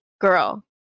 girl